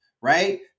right